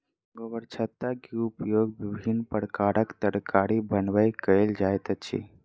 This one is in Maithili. गोबरछत्ता के उपयोग विभिन्न प्रकारक तरकारी बनबय कयल जाइत अछि